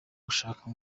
gushaka